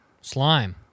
Slime